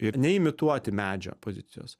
ir neimituoti medžio pozicijos